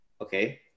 okay